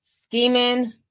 scheming